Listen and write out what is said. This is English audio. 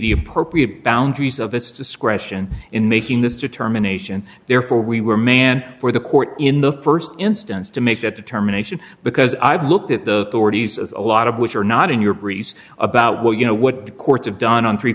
the appropriate boundaries of its discretion in making this determination therefore we were man for the court in the st instance to make that determination because i've looked at the door to use as a lot of which are not in your breeze about what you know what the courts of done on three